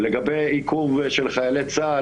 לגבי עיכוב של חיילי צה"ל,